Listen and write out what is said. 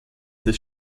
des